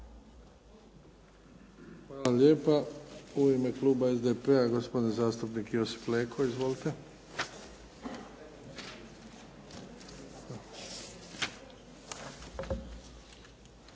Hvala lijepa. U ime kluba SDP-a gospodin zastupnik Josip Leko. Izvolite.